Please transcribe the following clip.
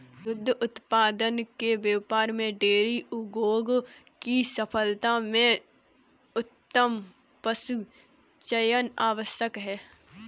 दुग्ध उत्पादन के व्यापार में डेयरी उद्योग की सफलता में उत्तम पशुचयन आवश्यक है